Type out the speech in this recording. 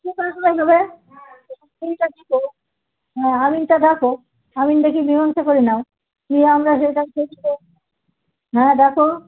ঠিক আচে হবে ঠিক আছে তো হ্যাঁ আমিনটা ডাকো আমিন ডেকে মীমাংসা করে নাও নিয়ে আমরা সেটা হ্যাঁ দ্যাখো